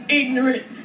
ignorant